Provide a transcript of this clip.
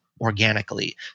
organically